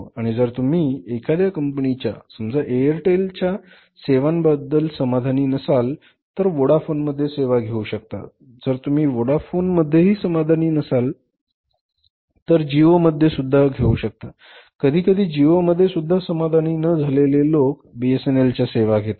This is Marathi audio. आणि जर तुम्ही एखाद्या कंपनीच्या समजा एअरटेलच्या सेवांबाबत समाधानी नसाल तर वोडाफोन मध्ये सेवा घेऊ शकता जर तुम्ही वोडाफोन मध्येही समाधानी नसाल तर जिओ मध्ये सुद्धा घेऊ शकता कधीकधी जिओ मध्ये सुद्धा समाधान न झाल्याने लोक बीएसएनएलच्या सेवा घेतात